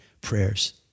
prayers